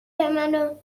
منو